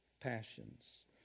passions